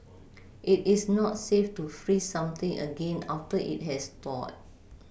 it is not safe to freeze something again after it has thawed